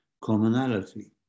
commonality